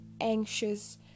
anxious